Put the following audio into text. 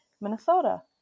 Minnesota